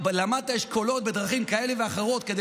למד את האשכולות בדרכים כאלה ואחרות כדי